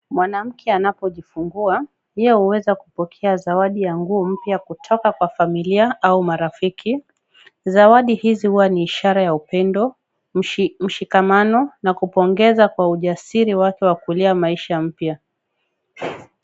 Mwanamke anapojifungua yeye huweza kupokea zawadi ya nguo mpya kutoka kwa familia au marafiki, zawadi hizi huwa ni ishara ya upendo, mshikamano na kupongeza kwa ujasiri wake wa kulia maisha mpya.